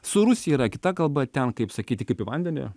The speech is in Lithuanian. su rusija yra kita kalba ten kaip sakyti kaip į vandenį